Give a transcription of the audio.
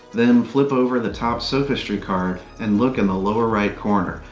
then, flip over the top sophistry card and look in the lower-right corner.